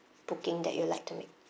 booking that you like to make